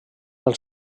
del